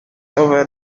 over